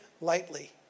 lightly